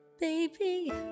baby